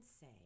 say